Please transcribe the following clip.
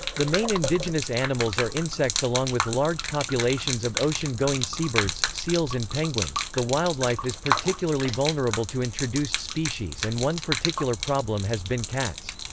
the main indigenous animals are insects along with large populations of ocean-going seabirds, seals and penguins the wildlife is particularly vulnerable vulnerable to introduced species and one particular problem has been cats.